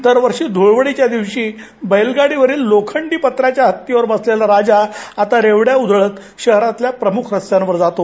दरवर्षी धुळवडीच्या दिवशी बैलगाडीवरील लोखंडी पत्र्याच्या हत्तीवर बसलेला राजा रेवडय़ा उधळत शहरातील प्रमुख रस्त्यांवर जातो